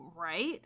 Right